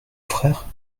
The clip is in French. frère